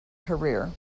career